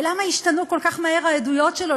ולמה השתנו כל כך מהר העדויות שלו